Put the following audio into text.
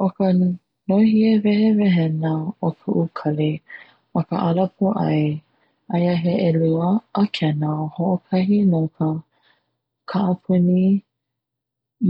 ʻO ka nohie wehewehena o ukali ma ka ala pōʻai, aia he ʻelua akena hoʻokahi no ka kaʻapuni